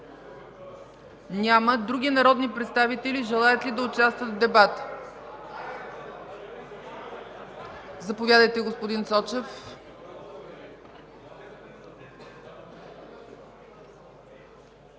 Няма. Други народни представители желаят ли да участват в дебата? Заповядайте, господин Цочев.